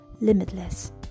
limitless